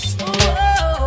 whoa